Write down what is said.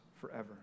forever